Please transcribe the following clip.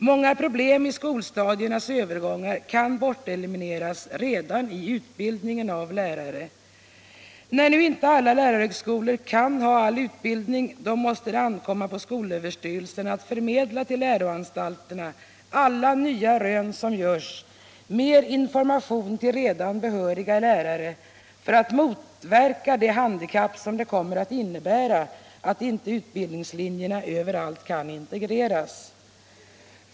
Många problem i övergången mellan olika skolstadier kan elimineras redan i utbildningen När nu inte alla lärarhögskolor kan ha all utbildning måste det ankomma på skolöverstyrelsen att till läroanstalterna förmedla alla nya rön som görs och att till redan behöriga lärare ge mer information för att motverka det handikapp som det kommer att innebära att utbildningslinjerna inte överallt kan integreras.